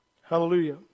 Hallelujah